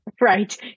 Right